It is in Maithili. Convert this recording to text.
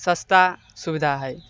सस्ता सुविधा है